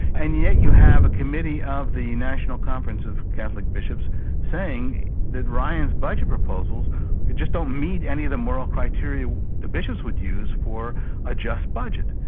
and yet you have a committee of the national conference of catholic bishops saying that ryan's budget proposals just don't meet any of the moral criteria the bishops would use for a just budget.